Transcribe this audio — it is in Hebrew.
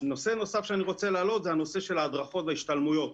נושא נוסף שאני רוצה להעלות זה הנושא של ההדרכות וההשתלמויות.